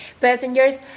Passengers